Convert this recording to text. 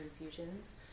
infusions